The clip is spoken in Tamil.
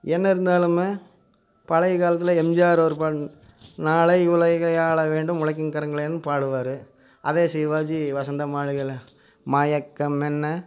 என்ன இருந்தாலுமே பழையக் காலத்தில் எம்ஜிஆர் ஒரு பாட் நாளை உலகை ஆள வேண்டும் உழைக்கும் கரங்களேனு பாடுவார் அதே சிவாஜி வசந்த மாளிகையில் மயக்கம் என்ன